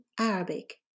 Arabic